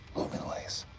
luminlays.